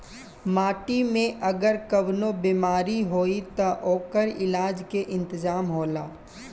माटी में अगर कवनो बेमारी होई त ओकर इलाज के इंतजाम होला